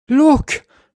look